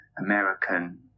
American